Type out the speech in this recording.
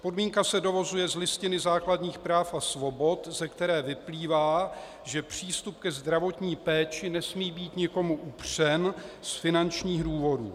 Podmínka se dovozuje z Listiny základních práv a svobod, ze které vyplývá, že přístup ke zdravotní péči nesmí být nikomu upřen z finančních důvodů.